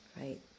Right